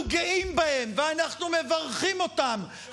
גלעד קריב (העבודה): אנחנו גאים בהם ואנחנו מברכים אותם,